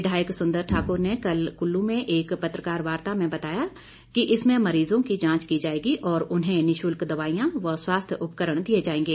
विधायक सुंदर ठाकुर ने कल कुल्लू में एक पत्रकार वार्ता में बताया कि इसमें मरीज़ों की जांच की जाएगी और उन्हें निशुल्क दवाईयां व स्वास्थ्य उपकरण दिए जाएंगे